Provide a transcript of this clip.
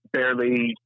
barely